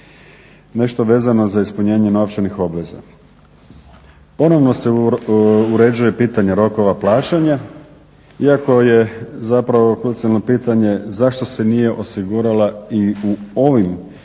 Nešto vezano za ispunjenje novčanih obveza. Ponovno se uređuje pitanje rokova plaćanja iako je zapravo krucijalno pitanje zašto se nije osigurala i u ovim dosadašnjim